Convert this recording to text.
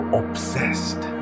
obsessed